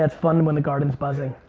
and fun when the garden's buzzing.